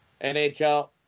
NHL